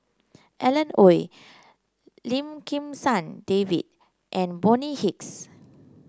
Alan Oei Lim Kim San David and Bonny Hicks